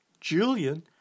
Julian